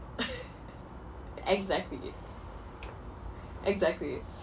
exactly exactly